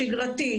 שגרתי,